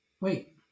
wait